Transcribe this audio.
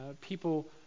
people